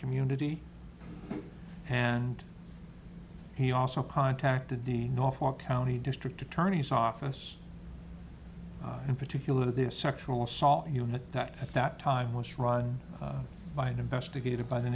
community and he also contacted the norfolk county district attorney's office in particular their sexual assault unit that at that time was run by investigated by the